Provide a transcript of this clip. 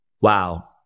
wow